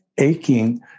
aching